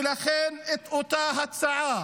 ולכן את אותה ההצעה